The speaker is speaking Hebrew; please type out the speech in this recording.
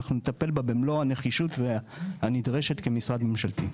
אנחנו נטפל בה במלוא הנחישות הנדרשת כמשרד ממשלתי.